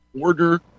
order